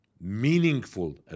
meaningful